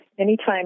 Anytime